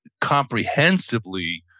comprehensively